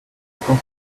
temps